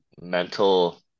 mental